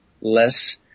less